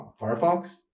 Firefox